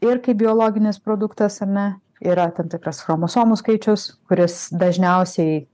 ir kaip biologinis produktas ar ne yra tam tikras chromosomų skaičius kuris dažniausiai